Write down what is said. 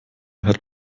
hört